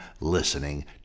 listening